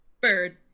Bird